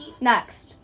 Next